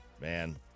Man